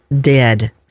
dead